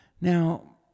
Now